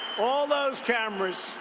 all those cameras.